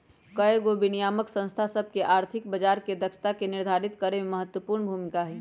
कयगो विनियामक संस्था सभ के आर्थिक बजार के दक्षता के निर्धारित करेमे महत्वपूर्ण भूमिका हइ